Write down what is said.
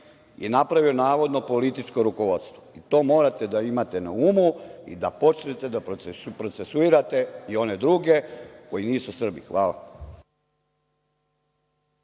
je napravio navodno političko rukovodstvo. To morate da imate na umu, da počnete da procesuirate i one druge koji nisu Srbi. Hvala.